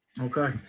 Okay